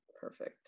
Perfect